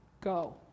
Go